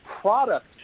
product